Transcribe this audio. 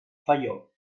felló